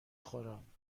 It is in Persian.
خورم